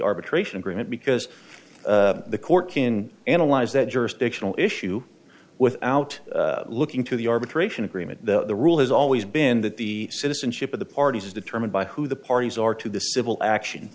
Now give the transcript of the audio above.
arbitration agreement because the court can analyze that jurisdictional issue without looking to the arbitration agreement the rule has always been that the citizenship of the parties is determined by who the parties are to the civil action